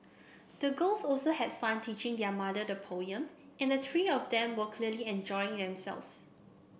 the girls also had fun teaching their mother the poem and the three of them were clearly enjoying themselves